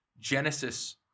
Genesis